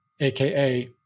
aka